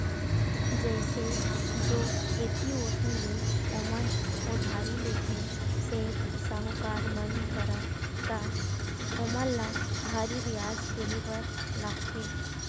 जइसे जो ऐती ओती ले ओमन उधारी लेथे, सेठ, साहूकार मन करा त ओमन ल भारी बियाज देहे बर लागथे